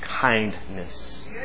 kindness